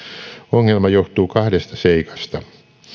ongelma johtuu kahdesta seikasta